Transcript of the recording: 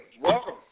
Welcome